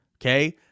okay